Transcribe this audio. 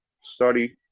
study